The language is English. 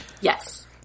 Yes